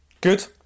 Good